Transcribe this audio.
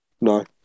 No